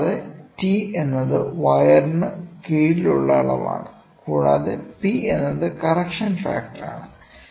കൂടാതെ T എന്നത് വയറിനു കീഴിലുള്ള അളവാണ് കൂടാതെ P എന്നത് കറക്ഷൻ ഫാക്ടർ ആണ്